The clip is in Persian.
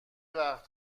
وقت